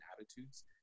attitudes